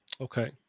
okay